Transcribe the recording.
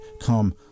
come